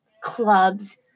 clubs